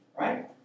right